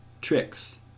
tricks